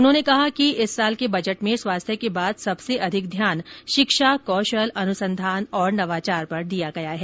उन्होंने कहा कि इस वर्ष के बजट में स्वास्थ्य के बाद सबसे अधिक ध्यान शिक्षा कौशल अनुसंधान और नवाचार पर दिया गया है